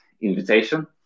invitation